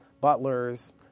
butlers